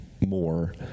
more